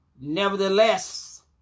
Nevertheless